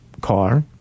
car